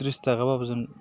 त्रिस थाखाब्लाबो जों